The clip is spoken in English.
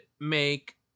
make